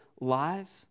lives